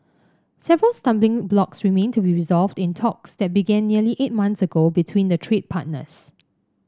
several stumbling blocks remain to be resolved in talks that began nearly eight months ago between the trade partners